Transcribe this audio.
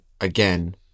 again